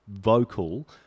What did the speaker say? vocal